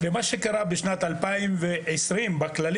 מה שקרה בשנת 2020 בכללים,